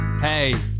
Hey